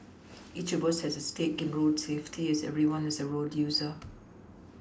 each of us has a stake in road safety as everyone is a road user